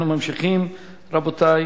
אנחנו ממשיכים, רבותי.